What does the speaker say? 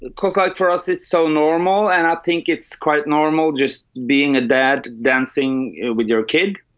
and cook like for us. it's so normal. and i think it's quite normal. just being a dad dancing with your kid